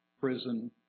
prison